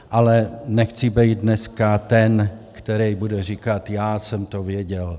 Ale nechci být dneska ten, který bude říkat já jsem to věděl.